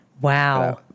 Wow